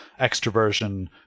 extroversion